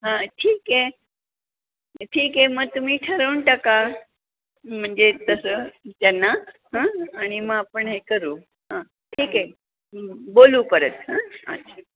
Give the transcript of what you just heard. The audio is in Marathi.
हां ठीक आहे ठीक आहे मग तुम्ही ठरवून टाका म्हणजे तसं त्यांना हां आणि मग आपण हे करू हां ठीक आहे बोलू परत हां अच्छा